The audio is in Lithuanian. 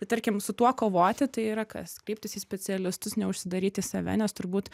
tai tarkim su tuo kovoti tai yra kas kreiptis į specialistus neužsidaryti į save nes turbūt